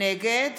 נגד